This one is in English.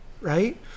right